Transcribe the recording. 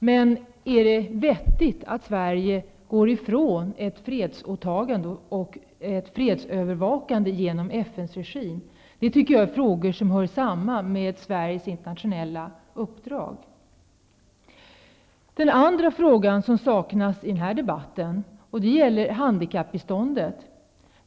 Men är det vettigt att Sverige går ifrån ett fredsåtagande och ett fredsövervakande inom FN:s regi? Det är frågor som hör samman med Sveriges internationella uppdrag. Den andra frågan som saknas i denna debatt gäller handikappbiståndet.